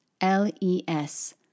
L-E-S